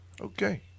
Okay